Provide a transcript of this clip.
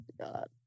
god